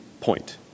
point